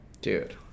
dude